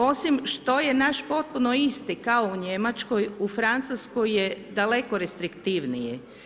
Osim što je naš potpuno isti kao u Njemačkoj, u Francuskoj je daleko restriktivniji.